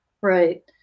Right